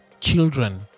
children